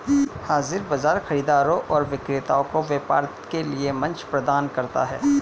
हाज़िर बाजार खरीदारों और विक्रेताओं को व्यापार के लिए मंच प्रदान करता है